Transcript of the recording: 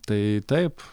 tai taip